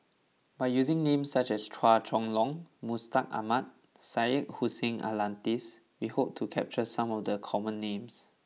by using names such as Chua Chong Long Mustaq Ahmad Syed Hussein Alatas we hope to capture some of the common names